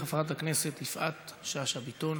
חברת הכנסת יפעת שאשא ביטון,